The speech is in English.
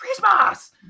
CHRISTMAS